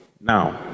Now